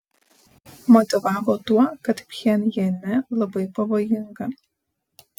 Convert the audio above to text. motyvavo tuo kad pchenjane labai pavojinga